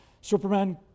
Superman